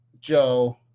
Joe